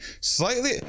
Slightly